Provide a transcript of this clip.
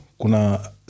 kuna